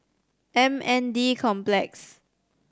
M N D Complex